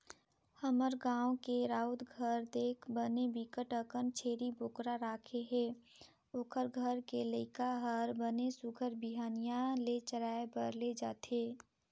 हमर गाँव के राउत घर देख बने बिकट अकन छेरी बोकरा राखे हे, ओखर घर के लइका हर बने सुग्घर बिहनिया ले चराए बर ले जथे